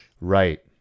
right